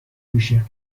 میشه